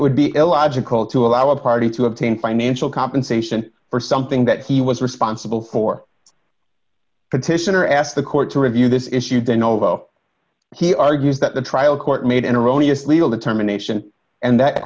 would be illogical to allow a party to obtain financial compensation for something that he was responsible for petitioner asked the court to review this issue de novo he argues that the trial court made an erroneous legal determination and that